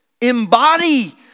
Embody